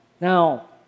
Now